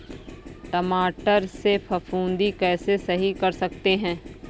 टमाटर से फफूंदी कैसे सही कर सकते हैं?